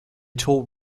told